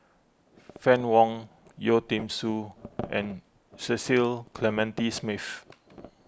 Fann Wong Yeo Tiam Siew and Cecil Clementi Smith